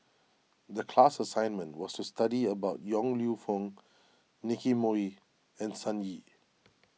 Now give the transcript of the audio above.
the class assignment was to study about Yong Lew Foong Nicky Moey and Sun Yee